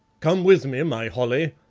come with me, my holly,